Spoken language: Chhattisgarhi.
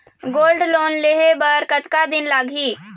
गोल्ड लोन लेहे बर कतका दिन लगही?